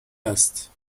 است